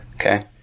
Okay